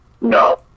no